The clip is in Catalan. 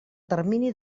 termini